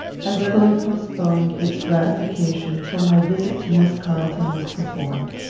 i readily postponed its gratification till my visit to miss carlton was performed.